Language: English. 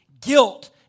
guilt